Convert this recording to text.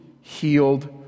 healed